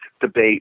debate